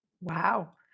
Wow